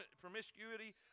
promiscuity